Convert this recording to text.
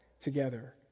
together